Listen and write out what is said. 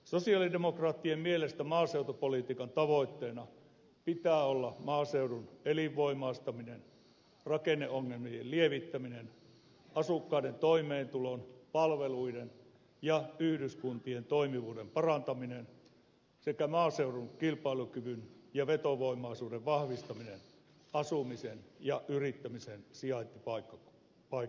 sosialidemokraattien mielestä maaseutupolitiikan tavoitteena pitää olla maaseudun elinvoimistaminen rakenneongelmien lievittäminen asukkaiden toimeentulon palveluiden ja yhdyskuntien toimivuuden parantaminen sekä maaseudun kilpailukyvyn ja vetovoimaisuuden vahvistaminen asumisen ja yrittämisen sijaintipaikkana